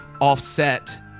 Offset